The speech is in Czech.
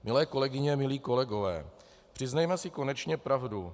Milé kolegyně, milí kolegové, přiznejme si konečně pravdu.